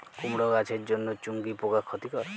কুমড়ো গাছের জন্য চুঙ্গি পোকা ক্ষতিকর?